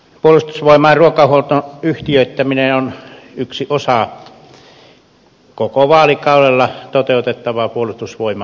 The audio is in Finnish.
puolustusvoimain ruokahuollon yhtiöittäminen on yksi osa koko vaalikaudella toteutettavaa puolustusvoimauudistusta